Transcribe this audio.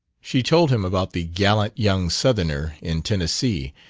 she told him about the gallant young southerner in tennessee,